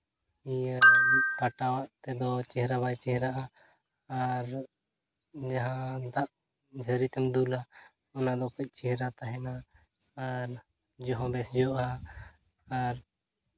ᱤᱭᱟᱹ ᱯᱟᱴᱟᱣᱟᱜ ᱛᱮᱫᱚ ᱪᱮᱦᱨᱟ ᱵᱟᱭ ᱪᱮᱦᱨᱟᱜᱼᱟ ᱟᱨ ᱡᱟᱦᱟᱸ ᱫᱟᱜ ᱡᱷᱟᱹᱨᱤ ᱛᱮᱢ ᱫᱩᱞᱟ ᱚᱱᱟᱫᱚ ᱠᱟᱹᱡ ᱪᱮᱦᱨᱟ ᱛᱟᱦᱮᱱᱟ ᱟᱨ ᱡᱚ ᱵᱮᱥ ᱡᱚᱜᱼᱟ ᱟᱨ